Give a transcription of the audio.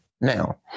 Now